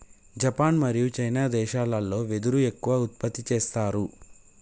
Japan మరియు China దేశాలల్లో వెదురు ఎక్కువ ఉత్పత్తి చేస్తారు